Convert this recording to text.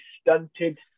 stunted